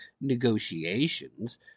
negotiations